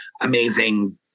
amazing